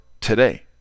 today